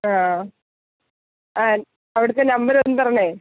അഹ് അ അവിടുത്തെ നമ്പറൊന്ന് തരണേ